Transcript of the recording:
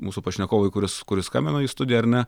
mūsų pašnekovui kuris kuris skambino į studiją ar ne